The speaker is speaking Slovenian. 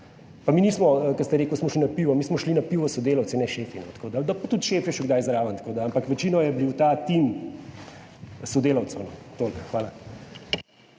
pa mi nismo, ko ste rekel, smo šli na pivo, mi smo šli na pivo s sodelavci, ne šefi, tako da, pa tudi šef je šel kdaj zraven, tako da, ampak večino je bil ta tim sodelavcev. Toliko. Hvala.